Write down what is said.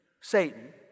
satan